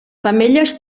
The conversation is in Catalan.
femelles